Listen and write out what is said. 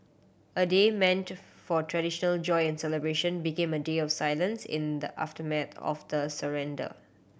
a day meant for traditional joy and celebration became a day of silence in the aftermath of the surrender